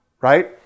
Right